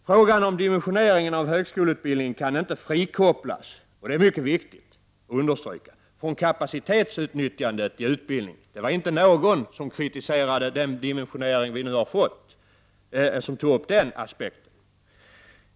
Frågan om dimensioneringen av högskoleutbildningen kan inte frikopplas från kapacitetsutnyttjandet i utbildningen. Ingen som kritiserade den dimensionering vi nu fått berörde den aspekten.